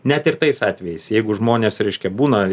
net ir tais atvejais jeigu žmonės reiškia būna